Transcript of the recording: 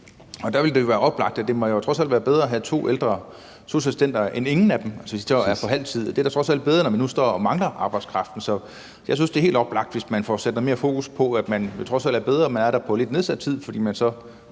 Og der vil det jo være oplagt, og det må trods alt være bedre at have to ældre sosu-assistenter, der er på halv tid, end ingen af dem. Det er da trods alt bedre, når vi nu står og mangler arbejdskraften. Så jeg synes jo, det er helt oplagt, hvis man får sat noget mere fokus på, at det trods alt er bedre, at man er der på lidt nedsat tid, fordi man så